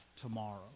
tomorrow